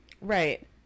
Right